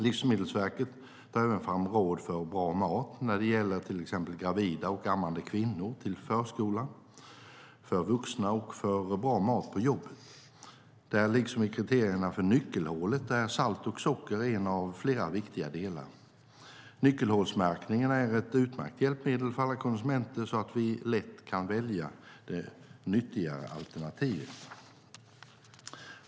Livsmedelsverket tar även fram råd för bra mat när det gäller till exempel gravida och ammande kvinnor, förskolan, vuxna och för bra mat på jobbet. Där, liksom i kriterierna för nyckelhålet, är salt och socker en av flera viktiga delar. Nyckelhålsmärkning är ett utmärkt hjälpmedel för alla konsumenter så att vi lätt kan välja det nyttigare alternativet.